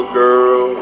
girl